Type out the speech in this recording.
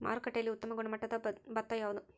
ಮಾರುಕಟ್ಟೆಯಲ್ಲಿ ಉತ್ತಮ ಗುಣಮಟ್ಟದ ಭತ್ತ ಯಾವುದು?